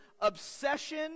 obsession